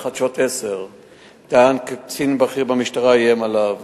חדשות-10 טען כי קצין בכיר במשטרה איים עליו.